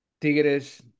Tigres